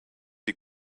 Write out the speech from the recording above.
die